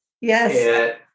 Yes